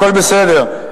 הכול בסדר.